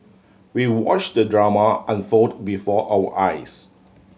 we watch the drama unfold before our eyes